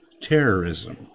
terrorism